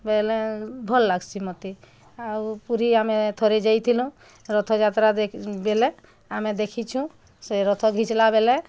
ବଇଲେ ଭଲ୍ ଲାଗସି ମୋତେ ଆଉ ପୁରୀ ଆମେ ଥରେ ଯାଇଥିଁଲୁ ରଥଯାତ୍ରା ବେଲେ ଆମେ ଦେଖିଛୁଁ ରଥ ଘିଚଲା ବେଲେ